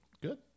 Good